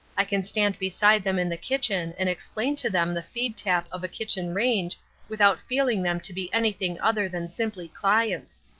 i can stand beside them in the kitchen and explain to them the feed tap of a kitchen range without feeling them to be anything other than simply clients.